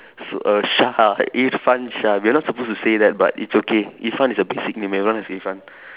so err Shah Irfanshah we are not supposed to say that but it's okay Irfan is a basic name everyone has Irfan